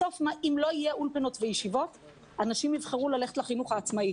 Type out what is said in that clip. בסוף אם לא יהיו אולפנות וישיבות אנשים יבחרו ללכת לחינוך העצמאי.